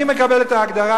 אני מקבל את ההגדרה,